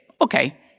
okay